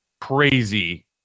crazy